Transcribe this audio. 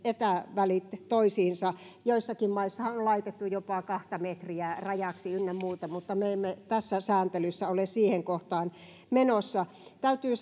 välit toisiinsa joissakin maissahan on on laitettu jopa kahta metriä rajaksi ynnä muuta mutta me emme tässä sääntelyssä ole siihen kohtaan menossa täytyy